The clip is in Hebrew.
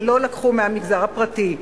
ולא לקחו מהמגזר הפרטי?